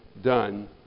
done